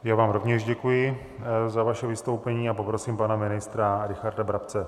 Já vám rovněž děkuji za vaše vystoupení a poprosím pana ministra Richarda Brabce.